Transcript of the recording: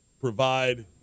provide